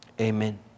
Amen